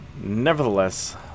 nevertheless